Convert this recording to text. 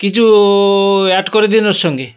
কিছু অ্যাড করে দিন ওর সঙ্গে